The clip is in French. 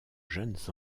jeunes